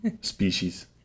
species